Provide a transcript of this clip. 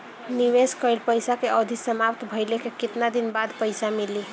निवेश कइल पइसा के अवधि समाप्त भइले के केतना दिन बाद पइसा मिली?